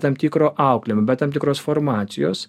tam tikro auklėjimo be tam tikros formacijos